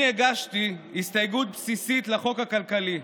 אני הגשתי הסתייגות בסיסית לחוק הכלכלי,